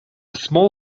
small